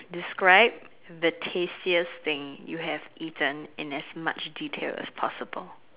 describe the tastiest thing you have eaten in as much detail as possible